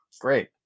Great